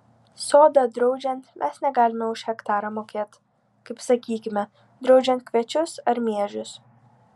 sodą draudžiant mes negalime už hektarą mokėt kaip sakykime draudžiant kviečius ar miežius